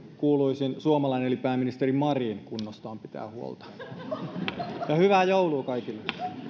kuuluisin suomalainen eli pääministeri marin kunnostaan pitää huolta ja hyvää joulua kaikille